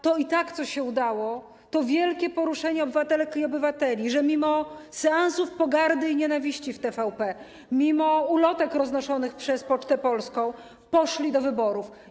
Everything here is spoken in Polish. To, co się udało, to wielkie poruszenie obywatelek i obywateli, to, że mimo seansów pogardy i nienawiści w TVP, mimo ulotek roznoszonych przez Pocztę Polską poszli do wyborów.